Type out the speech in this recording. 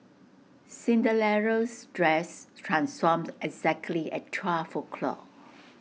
dress transformed exactly at twelve o'clock